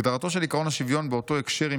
הגדרתו של עקרון השוויון באותו הקשר עם